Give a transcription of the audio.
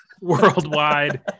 worldwide